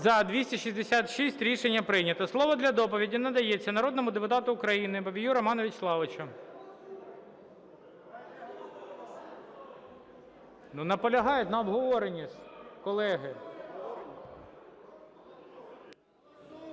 За-266 Рішення прийнято. Слово для доповіді надається народному депутату України Бабію Роману В'ячеславовичу. (Шум у залі) Ну, наполягають на обговоренні ж колеги.